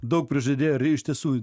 daug prižadėjo ir iš tiesų